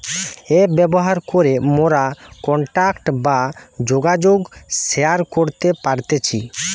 app ব্যবহার করে মোরা কন্টাক্ট বা যোগাযোগ শেয়ার করতে পারতেছি